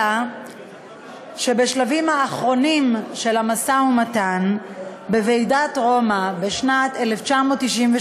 אלא שבשלבים האחרונים של המשא-ומתן בוועידת רומא בשנת 1998,